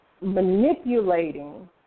manipulating